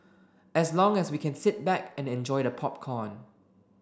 as long as we can sit back and enjoy the popcorn